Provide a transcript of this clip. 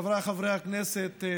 חבריי חברי הכנסת,